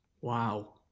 Wow